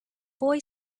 boy